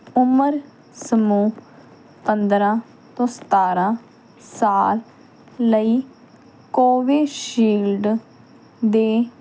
ਉਮਰ ਸਮੂਹ ਪੰਦਰਾਂ ਤੋਂ ਸਤਾਰਾਂ ਸਾਲ ਲਈ ਕੋਵਿਸ਼ਿਲਡ ਦੇ